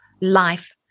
life